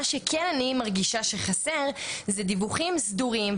מה שכן אני מרגישה שחסר זה דיווחים סדורים,